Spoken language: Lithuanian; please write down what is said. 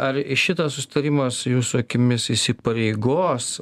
ar šitas susitarimas jūsų akimis jis įsipareigos